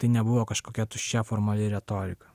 tai nebuvo kažkokia tuščia formali retorika